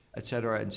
et cetera. and